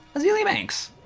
azealia banks.